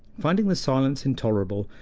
finding the silence intolerable,